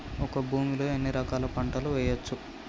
ఒక భూమి లో ఎన్ని రకాల పంటలు వేయచ్చు?